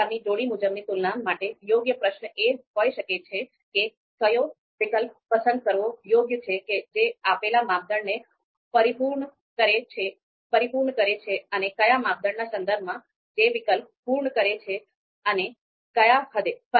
આ પ્રકારની જોડી મુજબની તુલના માટે યોગ્ય પ્રશ્ન એ હોઈ શકે છે કે કયો વિકલ્પ પસંદ કરવો યોગ્ય છે કે જે આપેલ માપદંડને પરિપૂર્ણ કરે છે અને કયા માપદંડના સંદર્ભમાં જે વિકલ્પ પૂર્ણ કરે છે અને ક્યા હદે